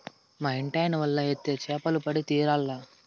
మా ఇంటాయన వల ఏత్తే చేపలు పడి తీరాల్ల